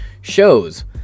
Shows